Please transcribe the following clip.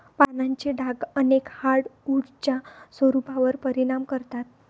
पानांचे डाग अनेक हार्डवुड्सच्या स्वरूपावर परिणाम करतात